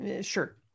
Sure